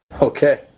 Okay